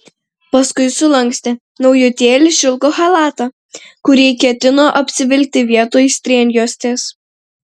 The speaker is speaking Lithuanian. paskui sulankstė naujutėlį šilko chalatą kurį ketino apsivilkti vietoj strėnjuostės